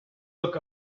look